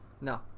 No